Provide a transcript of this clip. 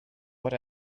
what